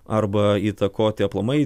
arba įtakoti aplamai